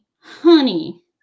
honey